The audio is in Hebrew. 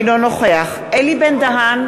אינו נוכח אלי בן-דהן,